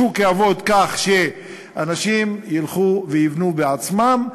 השוק יעבוד כך שאנשים ילכו ויבנו בעצמם,